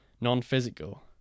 Non-physical